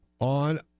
on